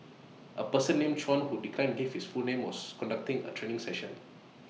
A person named Chuan who declined give his full name was conducting A training session